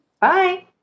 Bye